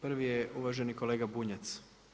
Prvi je uvaženi kolega Bunjac.